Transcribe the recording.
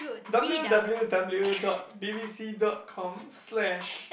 W_W_W dot B_B_C dot com slash